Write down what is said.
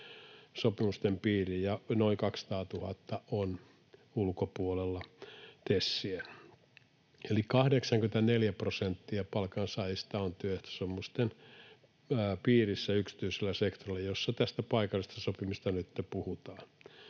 sopimusten piiriin ja noin 200 000 on TESin ulkopuolella. Eli 84 prosenttia palkansaajista on työehtosopimusten piirissä yksityisellä sektorilla, jossa tästä paikallisesta sopimisesta nytten puhutaan.